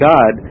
God